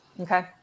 okay